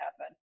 happen